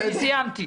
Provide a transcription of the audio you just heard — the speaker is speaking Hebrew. אני סיימתי.